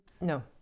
No